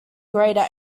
greater